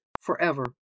forever